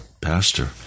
pastor